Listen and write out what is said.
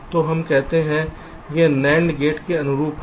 तो हम कहते हैं यह NAND गेट के अनुरूप है